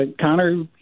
Connor